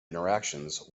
interactions